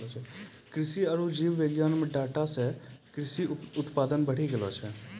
कृषि आरु जीव विज्ञान मे डाटा से कृषि उत्पादन बढ़ी गेलो छै